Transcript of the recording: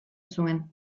zuen